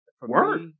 work